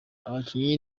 abakinnyi